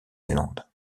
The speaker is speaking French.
zélande